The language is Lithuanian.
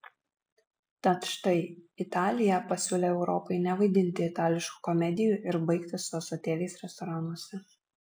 tad štai italija pasiūlė europai nevaidinti itališkų komedijų ir baigti su ąsotėliais restoranuose